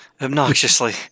Obnoxiously